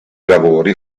lavori